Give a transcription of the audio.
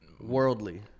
worldly